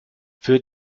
für